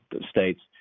states